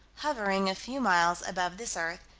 hovering a few miles above this earth,